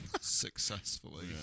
successfully